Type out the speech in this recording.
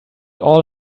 all